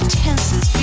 tenses